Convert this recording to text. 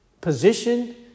position